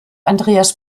andreas